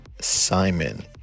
Simon